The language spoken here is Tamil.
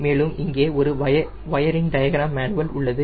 மேலும் இங்கே ஒரு வயரிங் டயக்ராம் மேனுவல் உள்ளது